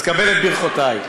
אז קבל את ברכותי.